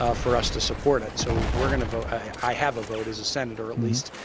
ah for us to support it, so we are going to vote, i have a vote as a senator at least.